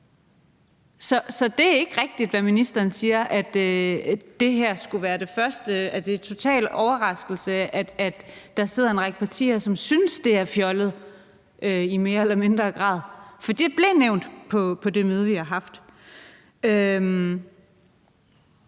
Så det er ikke rigtigt, hvad ministeren siger, nemlig at det her skulle være første gang, det nævnes, og at det er en total overraskelse, at der sidder en række partier, som synes, det er fjollet i mere eller mindre grad, for det blev nævnt på det møde, vi har haft.